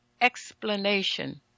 explanation